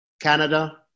Canada